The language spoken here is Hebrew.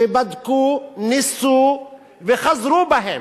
שבדקו, ניסו וחזרו בהם.